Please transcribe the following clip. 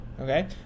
Okay